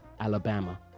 Alabama